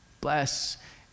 Bless